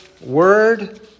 word